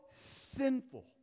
sinful